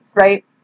right